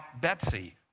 Betsy